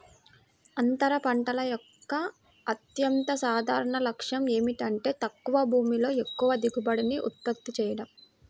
అంతర పంటల యొక్క అత్యంత సాధారణ లక్ష్యం ఏమిటంటే తక్కువ భూమిలో ఎక్కువ దిగుబడిని ఉత్పత్తి చేయడం